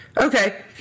Okay